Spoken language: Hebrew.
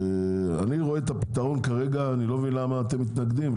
אני רואה את הפתרון כרגע לא מבין למה אתם מתנגדים,